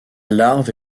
larve